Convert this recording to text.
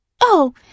Oh